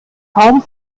kaum